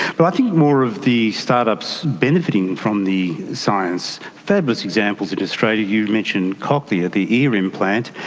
but i think more of the start-ups benefiting from the science, fabulous examples in australia, you mentioned cochlear, the ear implant.